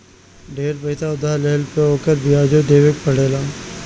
ढेर पईसा उधार लेहला पे ओकर बियाजो देवे के पड़ेला